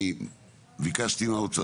אני ביקשתי מהאוצר,